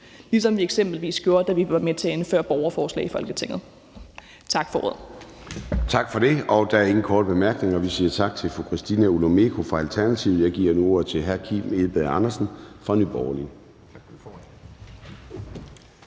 ligesom vi eksempelvis gjorde det, da vi var med til at indføre borgerforslag i Folketinget. Tak for ordet.